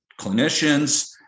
clinicians